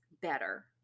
better